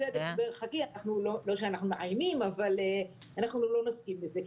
חכי, לא שאנחנו מאיימים אבל אנחנו לא נסכים לזה.